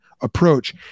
approach